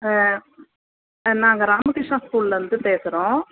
ஆ நாங்கள் ராமகிருஷ்ணா ஸ்கூல்லேர்ந்து பேசுகிறோம்